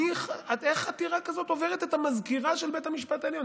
איך עתירה כזאת עוברת את המזכירה של בית המשפט העליון?